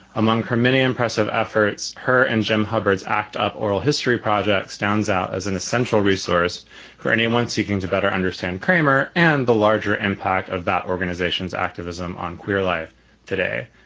among her many impressive efforts, her and jim hubbards act of oral history project stands out as an essential resource for anyone seeking to better understand kramer and the larger impact of that organization's activism on queer life today.